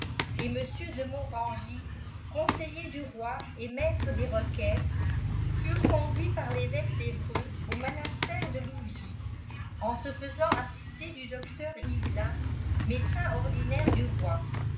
et al de mofangis oonseitler du roi et maître de requéies furent conduiu par t'ëvâqae d evieus ûu monastère de lauviers eu se fatâant assister du docteur yvelin ntédccifi ordinaire du roii